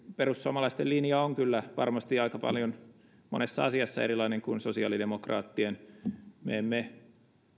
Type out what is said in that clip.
perussuomalaisten linja on kyllä varmasti aika paljon monessa asiassa erilainen kuin sosiaalidemokraattien me emme